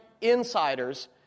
insiders